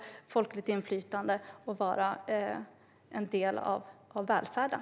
Det ska vara ett folkligt inflytande, och det ska vara en del av välfärden.